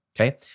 okay